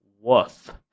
Woof